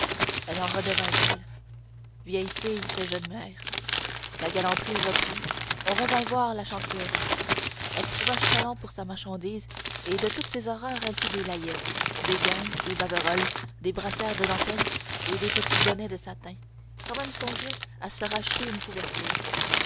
elle en redevint belle vieille fille fait jeune mère la galanterie reprit on revint voir la chantefleurie elle retrouva chalands pour sa marchandise et de toutes ces horreurs elle fit des layettes béguins et baverolles des brassières de dentelle et des petits bonnets de satin sans même songer à se racheter une couverture